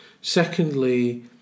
Secondly